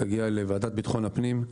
תגיע לוועדת ביטחון הפנים.